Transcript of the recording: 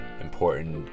important